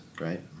Right